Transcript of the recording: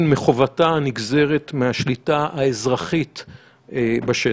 מחובתה הנגזרת מהשליטה האזרחית בשטח.